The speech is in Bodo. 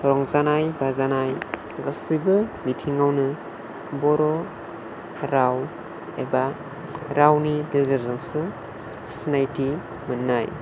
रंजानाय बाजानाय गासिबो बिथिङावनो बर' राव एबा रावनि गेजेरजोंसो सिनायथि मोन्नाय